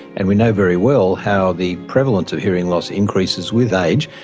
and we know very well how the prevalence of hearing loss increases with age.